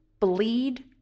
bleed